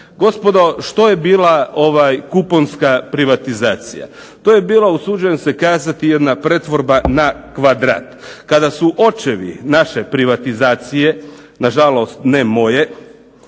Gospodo, što je bila kuponska privatizacija? To je bila usuđujem se kazati jedna pretvorba na kvadrat. Kada su očevi naše privatizacije, na žalost ne moje